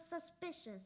suspicious